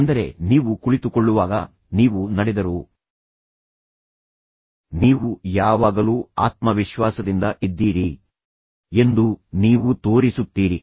ಅಂದರೆ ನೀವು ಕುಳಿತುಕೊಳ್ಳುವಾಗ ನೀವು ನಡೆದರೂ ನೀವು ಯಾವಾಗಲೂ ಆತ್ಮವಿಶ್ವಾಸದಿಂದ ಇದ್ದೀರಿ ಎಂದು ನೀವು ತೋರಿಸುತ್ತೀರಿ